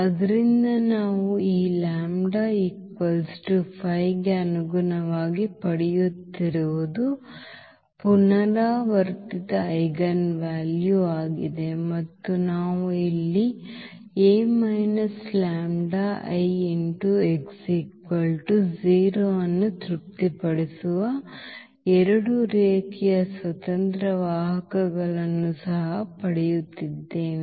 ಆದ್ದರಿಂದ ನಾವು ಈ λ 5 ಗೆ ಅನುಗುಣವಾಗಿ ಪಡೆಯುತ್ತಿರುವುದು ಪುನರಾವರ್ತಿತ ಐಜೆನ್ವಾಲ್ಯೂ ಆಗಿದೆ ಮತ್ತು ನಾವು ಇಲ್ಲಿ A λI x 0 ಅನ್ನು ತೃಪ್ತಿಪಡಿಸುವ ಎರಡು ರೇಖೀಯ ಸ್ವತಂತ್ರ ವಾಹಕಗಳನ್ನು ಸಹ ಪಡೆಯುತ್ತಿದ್ದೇವೆ